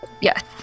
Yes